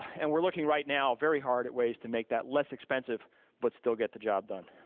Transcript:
and we're looking right now, very hard at ways to make that less expensive but still get the job done.